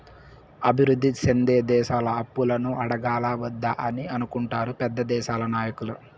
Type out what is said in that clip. అభివృద్ధి సెందే దేశాలు అప్పులను అడగాలా వద్దా అని అనుకుంటారు పెద్ద దేశాల నాయకులు